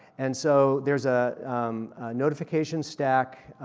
and so there's a notifications stack,